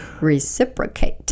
reciprocate